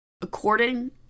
according